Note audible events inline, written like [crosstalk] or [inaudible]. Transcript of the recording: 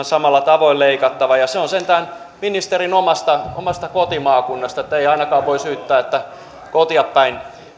[unintelligible] samalla tavoin leikattavan ja se on sentään ministerin oma kotimaakunta että ei ainakaan voi syyttää että kotia päin